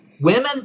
Women